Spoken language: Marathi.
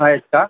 आहेत का